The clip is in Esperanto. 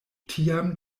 tiam